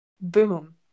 Boom